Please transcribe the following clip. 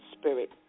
spirit